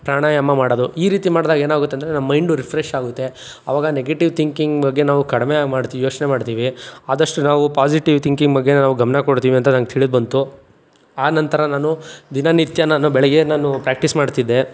ಪ್ರಾಣಾಯಾಮ ಮಾಡೋದು ಈ ರೀತಿ ಮಾಡಿದಾಗೇನಾಗುತ್ತೆ ಅಂದರೆ ನಮ್ಮ ಮೈಂಡು ರಿಫ್ರೆಶ್ ಆಗುತ್ತೆ ಆವಾಗ ನೆಗಟೀವ್ ಥಿಂಕಿಂಗ್ ಬಗ್ಗೆ ನಾವು ಕಡಿಮೆ ಮಾಡ್ತೀವಿ ಯೋಚನೆ ಮಾಡ್ತೀವಿ ಆದಷ್ಟು ನಾವು ಪಾಸಿಟೀವ್ ಥಿಂಕಿಂಗ್ ಬಗ್ಗೆ ನಾವು ಗಮನ ಕೊಡ್ತೀವಿ ಅಂತ ನನ್ಗೆ ತಿಳಿದು ಬಂತು ಆನಂತರ ನಾನು ದಿನನಿತ್ಯ ನಾನು ಬೆಳಗ್ಗೆ ನಾನು ಪ್ರ್ಯಾಕ್ಟೀಸ್ ಮಾಡ್ತಿದ್ದೆ